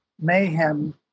Mayhem